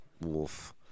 wolf